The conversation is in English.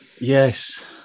yes